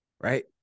right